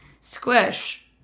Squish